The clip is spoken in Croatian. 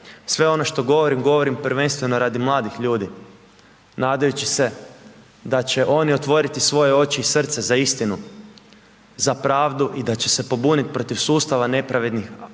Sve ono što govorim, govorim prvenstveno radi mladih ljudi nadajući se da će oni otvoriti svoje oči i srce za istinu, za pravdu i da će se pobunit protiv sustava nepravednih